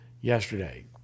yesterday